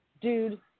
Dude